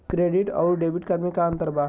Credit अउरो debit card मे का अन्तर बा?